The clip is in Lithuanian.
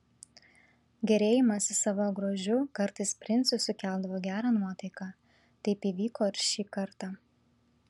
gėrėjimasis savo grožiu kartais princui sukeldavo gerą nuotaiką taip įvyko ir šį kartą